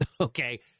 Okay